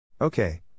Okay